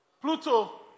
Pluto